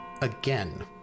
again